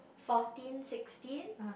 fourteen sixteen